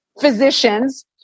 physicians